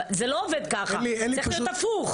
אבל זה לא עובד ככה, זה צריך להיות הפוך.